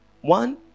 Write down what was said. one